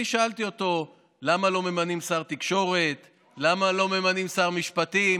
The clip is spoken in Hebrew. אני שאלתי אותו למה לא ממנים שר תקשורת ולמה לא ממנים שר משפטים,